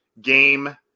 game